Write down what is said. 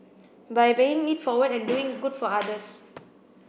by paying it forward and doing good for others